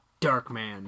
Darkman